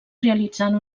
realitzant